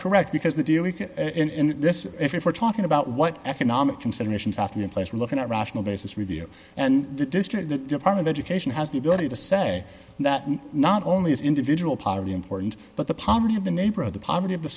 correct because the dealing in this if we're talking about what economic considerations often in place are looking at rational basis review and the district that department education has the ability to say that not only is individual poverty important but the poverty of the neighborhood the poverty of the